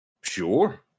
Sure